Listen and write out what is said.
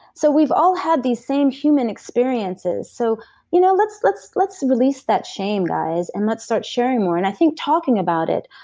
so we've all had these same human experiences, so you know, let's let's release that shame, guys, and let's start sharing more. and i think talking about it,